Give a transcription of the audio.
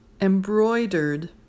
Embroidered